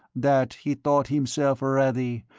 that he thought himself ready,